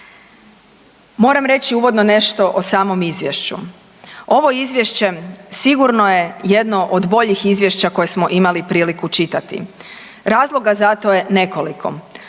Moram reći uvodno nešto o samom izvješću, ovo izvješće sigurno je jedno od boljih izvješća koje smo imali priliku čitati. Razloga za to je nekoliko.